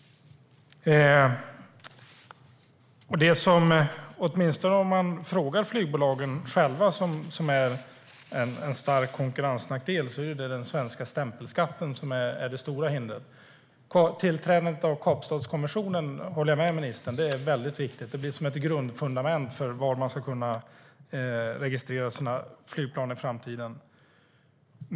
Om man frågar flygbolagen svarar de att det stora hindret är den svenska stämpelskatten. Tillträdet till Kapstadskonventionen håller jag med ministern om är väldigt viktig. Den blir ett grundfundament för var man ska kunna registrera sina flygplan i framtiden.